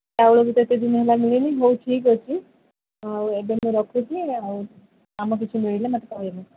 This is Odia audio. ଚାଉଳ ବି ତ ଏତେ ଦିନ ହେଲା ମିଳୁନି ହଉ ଠିକ୍ ଅଛି ଆଉ ଏବେ ମୁଁ ରଖୁଛି ଆଉ କାମ କିଛି ମିଳିଲେ ମୋତେ କହିବ